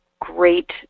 great